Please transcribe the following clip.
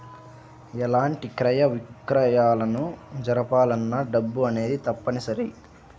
ఎలాంటి క్రయ విక్రయాలను జరపాలన్నా డబ్బు అనేది తప్పనిసరి